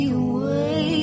away